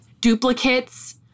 duplicates